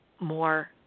more